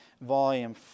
Volume